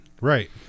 Right